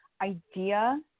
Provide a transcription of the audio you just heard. idea